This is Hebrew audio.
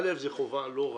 שזה יהיה חובה, לא רשות,